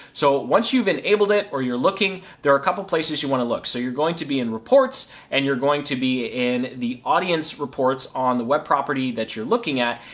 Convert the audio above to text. so once you've enabled it or you're looking, there are couple of places you wanna look. so you're going to be in reports and you're going to be in the audience reports on web property that you're looking at,